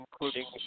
including